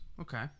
Okay